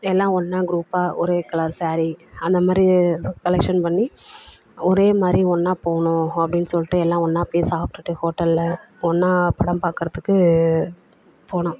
எல்லாம் ஒன்னாக க்ரூப்பாக ஒரே கலர் ஸேரீ அந்த மாதிரி ஏதோ கலெக்ஷன் பண்ணி ஒரே மாதிரி ஒன்னாக போகணும் அப்படின்னு சொல்லிட்டு எல்லாம் ஒன்னாக போய் சாப்பிட்டுட்டு ஹோட்டலில் ஒன்னாக படம் பார்க்குறத்துக்கு போனோம்